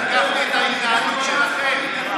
אני תקפתי את ההתנהלות שלכם.